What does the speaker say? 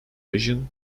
vision